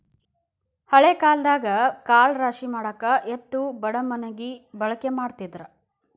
ಹಳೆ ಕಾಲದಾಗ ಕಾಳ ರಾಶಿಮಾಡಾಕ ಎತ್ತು ಬಡಮಣಗಿ ಬಳಕೆ ಮಾಡತಿದ್ರ